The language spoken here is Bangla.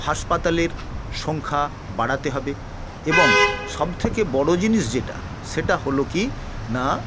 হাসপাতালের সংখ্যা বাড়াতে হবে এবং সবথেকে বড়ো জিনিস যেটা সেটা হলো কি না